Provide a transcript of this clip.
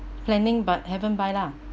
planning but haven't buy lah